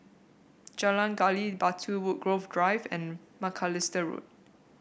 Jalan Gali Batu Woodgrove Drive and Macalister Road